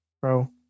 bro